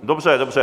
Dobře, dobře.